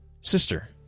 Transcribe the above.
Sister